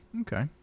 okay